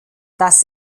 das